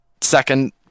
second